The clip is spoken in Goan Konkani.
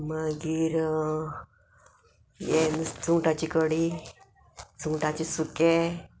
मागीर हे सुंगटाची कडी सुंगटाचे सुकें